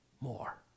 more